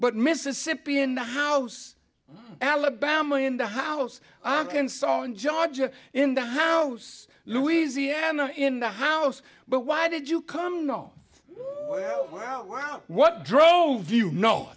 but mississippi in the house alabama in the house arkansas in georgia in the house louisiana in the house but why did you come no well what drove you know